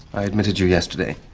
i admitted you yesterday.